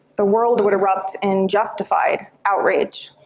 the world would erupt in justified outrage.